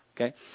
Okay